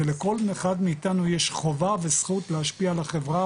ולכל אחד מאיתנו יש חובה וזכות להשפיע על החברה,